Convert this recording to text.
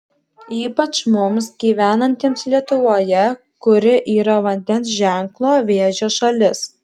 ypač mums gyvenantiems lietuvoje kuri yra vandens ženklo vėžio šalis